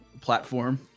platform